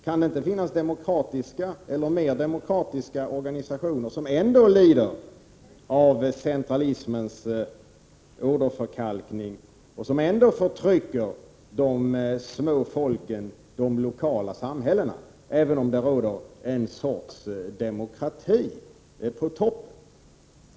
Kan det inte finnas mera demokratiska organisationer som ändå lider av centralismens åderförkalkning och förtrycker de små folken och de lokala samhällena, även om det råder en sorts demokrati?